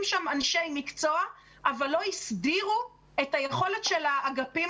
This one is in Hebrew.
שם אנשי מקצוע אבל לא הסדירו את היכולת של האגפים